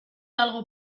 algo